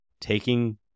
taking